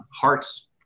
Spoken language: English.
hearts